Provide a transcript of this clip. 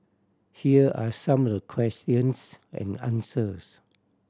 here are some the questions and answers